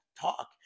talk